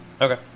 Okay